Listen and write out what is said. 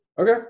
Okay